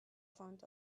front